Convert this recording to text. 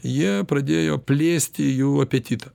jie pradėjo plėsti jų apetitą